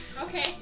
Okay